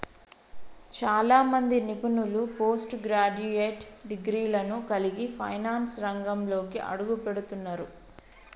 చాలా మంది నిపుణులు పోస్ట్ గ్రాడ్యుయేట్ డిగ్రీలను కలిగి ఫైనాన్స్ రంగంలోకి అడుగుపెడుతున్నరు